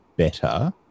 Better